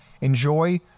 Enjoy